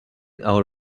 out